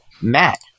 Matt